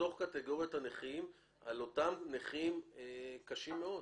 הבחנה בתוך קטגוריית הנכים על אותם נכים קשים מאוד.